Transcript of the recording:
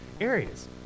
areas